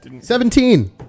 Seventeen